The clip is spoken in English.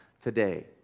today